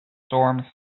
storms